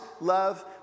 love